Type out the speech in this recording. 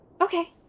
okay